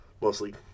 mostly